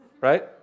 right